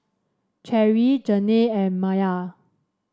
Cherry Janae and Maye